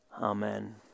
Amen